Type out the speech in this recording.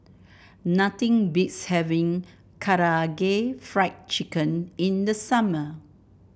nothing beats having Karaage Fried Chicken in the summer